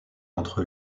entre